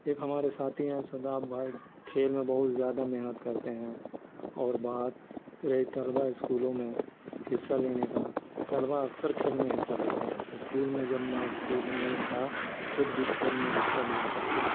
ایک ہمارے ساتھی ہیں شداب بھائی کھیل میں بہت زیادہ محنت کرتے ہیں اور بات رہی طلبا اسکولوں میں حصہ لینے کا طلبا اکثر کھیل میں حصہ لیتے ہیں اسکول میں جب میں اسکول میں تھا خود بھی کھیل میں حصہ لیا کرتا تھا